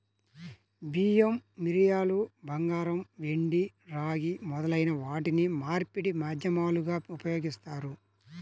బియ్యం, మిరియాలు, బంగారం, వెండి, రాగి మొదలైన వాటిని మార్పిడి మాధ్యమాలుగా ఉపయోగిస్తారు